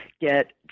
get